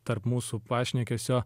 tarp mūsų pašnekesio